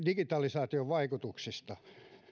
digitalisaation vaikutuksista